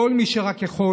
כל מי שרק יכול,